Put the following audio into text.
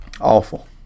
Awful